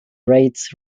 rates